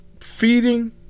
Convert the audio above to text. feeding